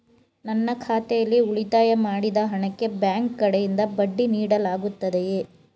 ನನ್ನ ಖಾತೆಯಲ್ಲಿ ಉಳಿತಾಯ ಮಾಡಿದ ಹಣಕ್ಕೆ ಬ್ಯಾಂಕ್ ಕಡೆಯಿಂದ ಬಡ್ಡಿ ನೀಡಲಾಗುತ್ತದೆಯೇ?